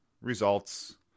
results